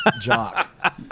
jock